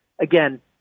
again